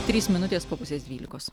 trys minutės po pusės dvylikos